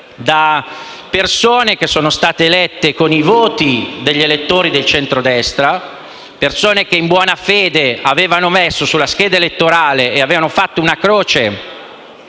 da persone che sono state elette con i voti degli elettori del centrodestra, persone che, in buona fede, sulla scheda elettorale avevano messo una croce